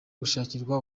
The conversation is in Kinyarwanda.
gushakirwa